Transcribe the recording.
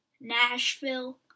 Nashville